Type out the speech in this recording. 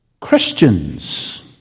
Christians